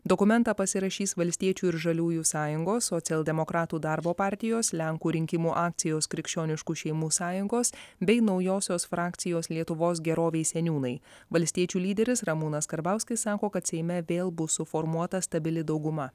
dokumentą pasirašys valstiečių ir žaliųjų sąjungos socialdemokratų darbo partijos lenkų rinkimų akcijos krikščioniškų šeimų sąjungos bei naujosios frakcijos lietuvos gerovei seniūnai valstiečių lyderis ramūnas karbauskis sako kad seime vėl bus suformuota stabili dauguma